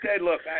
look